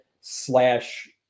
slash